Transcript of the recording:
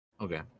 Okay